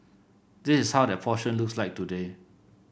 this is how that portion looks like today